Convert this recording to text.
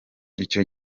icyo